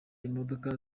imodoka